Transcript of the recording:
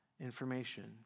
information